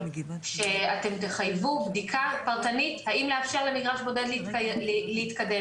שאתם תחייבו בדיקה פרטנית האם לאפשר למגרש בודד להתקדם.